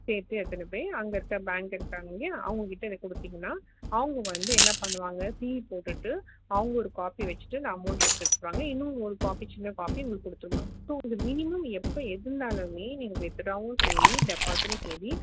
சேர்த்து எடுத்து போய் அங்கேருக்க பேங்க் இருக்காங்க இல்லையா அவங்கக்கிட்ட இதை கொடுத்தீங்கனா அவங்க வந்து என்ன பண்ணுவாங்க சீல் போட்டுவிட்டு அவங்க ஒரு காப்பி வச்சுட்டு அந்த அமௌண்ட் எடுத்து வச்சுருவாங்க இன்னும் ஒரு காப்பி சின்ன காப்பி உங்களுக்கு கொடுத்துருவாங்க ஸோ இந்த மினிமம் எப்போ எதுனாலுமே நீங்கள் வித்ட்ராவும் சரி டெபாசிட்டும் சரி